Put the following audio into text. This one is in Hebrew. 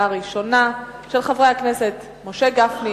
של חברי הכנסת משה גפני,